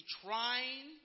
trying